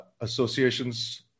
associations